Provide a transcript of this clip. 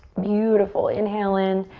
beautiful. inhale in.